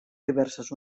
diverses